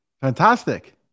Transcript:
Fantastic